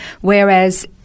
whereas